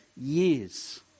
years